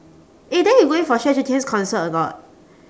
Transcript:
eh then you going for xue zhi qian's concert or not